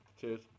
Cheers